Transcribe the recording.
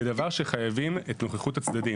זה דבר שחייבים בו את נוכחות הצדדים.